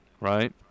right